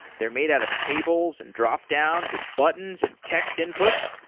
they're made out of tables, and dropdowns, and buttons, and text inputs.